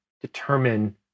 determine